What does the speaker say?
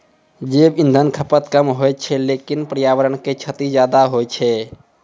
जैव इंधन खपत कम होय छै लेकिन पर्यावरण क क्षति ज्यादा होय छै